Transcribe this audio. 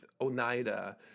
Oneida